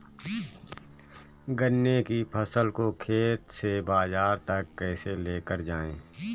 गन्ने की फसल को खेत से बाजार तक कैसे लेकर जाएँ?